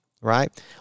right